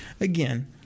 again